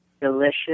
delicious